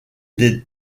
des